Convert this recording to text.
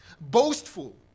boastful